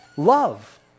Love